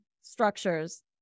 structures